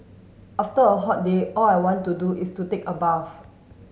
after a hot day all I want to do is to take a bath